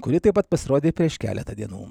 kuri taip pat pasirodė prieš keletą dienų